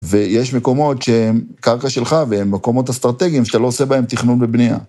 ויש מקומות שהם קרקע שלך והם מקומות אסטרטגיים שאתה לא עושה בהם תכנון ובנייה.